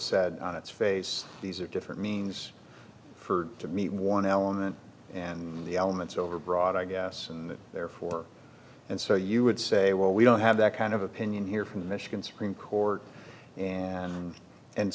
said its face these are different meanings for to me one element and the elements overbroad i guess and therefore and so you would say well we don't have that kind of opinion here from michigan supreme court and